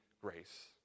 grace